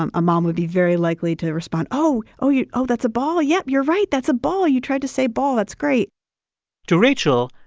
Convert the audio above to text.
um a mom would be very likely to respond oh, you oh, that's a ball. yeah, you're right. that's a ball. you tried to say ball. that's great to rachel,